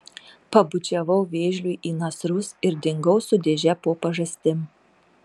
pabučiavau vėžliui į nasrus ir dingau su dėže po pažastim